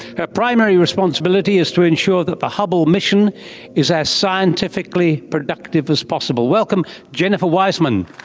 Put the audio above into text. her primary responsibility is to ensure that the hubble mission is as scientifically productive as possible. welcome jennifer wiseman.